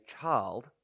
child